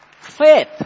Faith